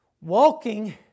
Walking